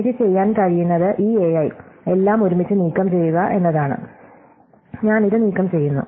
എനിക്ക് ചെയ്യാൻ കഴിയുന്നത് ഈ a i എല്ലാം ഒരുമിച്ച് നീക്കംചെയ്യുക എന്നതാണ് ഞാൻ ഇത് നീക്കംചെയ്യുന്നു